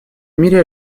мире